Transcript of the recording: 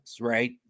right